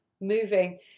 moving